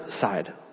side